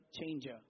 changer